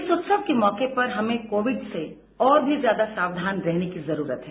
इस उत्सव के मौके पर हमें कोविड से और भी ज्यादा सावधान रहने की जरूरत है